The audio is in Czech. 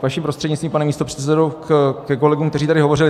Vaším prostřednictvím, pane místopředsedo, ke kolegům, kteří tady hovořili.